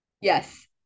Yes